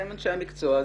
אתם אנשי המקצוע.